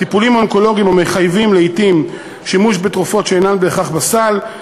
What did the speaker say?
טיפולים אונקולוגיים המחייבים לעתים שימוש בתרופות שאינן בהכרח בסל,